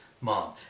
mom